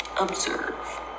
observe